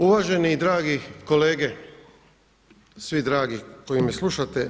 Uvaženi i dragi kolege, svi dragi koji me slušate.